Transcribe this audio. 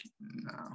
no